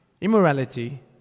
immorality